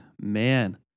man